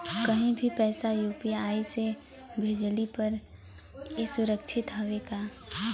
कहि भी पैसा यू.पी.आई से भेजली पर ए सुरक्षित हवे का?